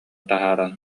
таһааран